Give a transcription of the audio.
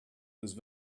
whose